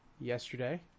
yesterday